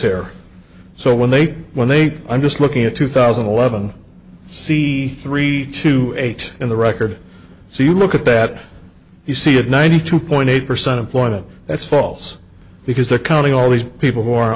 here so when they when they get i'm just looking at two thousand and eleven see three to eight in the record so you look at that you see it ninety two point eight percent employment that's false because they're counting all these people who are